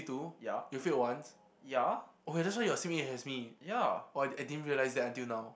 ya ya ya